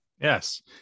yes